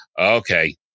okay